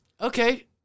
Okay